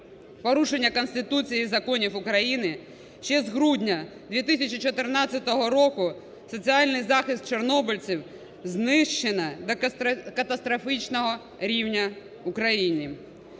Порушення Конституції і законів України ще з грудня 2014 року соціальний захист чорнобильців знищено до катастрофічного рівня в Україні.